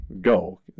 Go